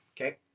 okay